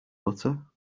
butter